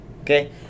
okay